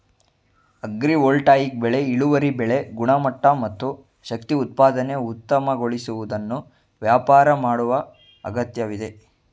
agrivoltaic ಬೆಳೆ ಇಳುವರಿ ಬೆಳೆ ಗುಣಮಟ್ಟ ಮತ್ತು ಶಕ್ತಿ ಉತ್ಪಾದನೆ ಉತ್ತಮಗೊಳಿಸುವುದನ್ನು ವ್ಯಾಪಾರ ಮಾಡುವ ಅಗತ್ಯವಿದೆ